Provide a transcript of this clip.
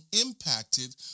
impacted